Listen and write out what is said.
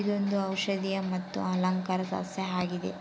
ಇದೊಂದು ಔಷದಿಯ ಮತ್ತು ಅಲಂಕಾರ ಸಸ್ಯ ಆಗಿದೆ